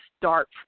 start